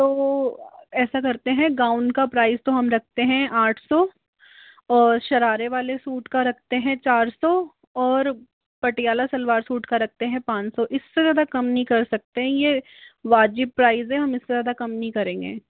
तो ऐसा करते हैं गाउन का प्राइस तो हम रखते हैं आठ सौ और शरारे वाले सूट का रखते हैं चार सौ और पटियाला सलवार सूट का रखते हैं पाँच सौ इससे ज़्यादा कम नहीं कर सकते यह वाज़िब प्राइस है हम इससे ज़्यादा कम नहीं करेंगे